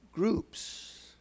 Groups